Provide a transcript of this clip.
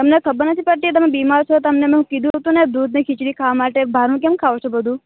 તમને ખબર નથી પડતી તમે બીમાર છો તમને હું કીધું હતું ને દૂધ ને ખિચડી ખાવા માટે બહારનું કેમ ખાયો છો બધું